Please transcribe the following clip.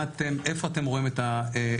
איפה אתם רואים את הדברים.